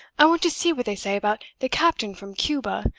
i want to see what they say about the captain from cuba.